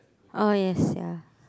oh yes ya